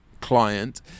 client